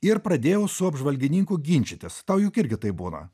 ir pradėjau su apžvalgininku ginčytis tau juk irgi taip būna